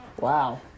Wow